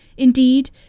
Indeed